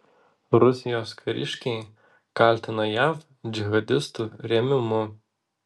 rusijos kariškiai kaltina jav džihadistų rėmimu